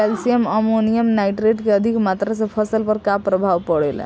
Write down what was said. Calcium ammonium nitrate के अधिक मात्रा से फसल पर का प्रभाव परेला?